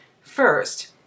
first